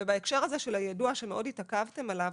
ובהקשר הזה של היידוע שמאוד התעכבתם עליו,